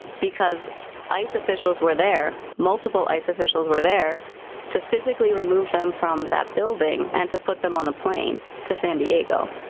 because ice officials were there, multiple ice officials were there to physically remove them from that building and to put them on a plane to san diego.